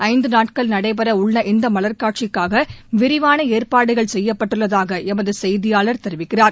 ஐந்து நாட்கள் நடைபெறவுள்ள இந்த மலாகாட்சிக்காக விரிவான ஏற்பாடுகள் செய்யப்பட்டுள்ளதாக எமது செய்தியாளர் தெரிவிக்கிறார்